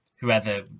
whoever